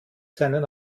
seinen